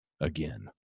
again